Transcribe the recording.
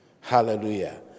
Hallelujah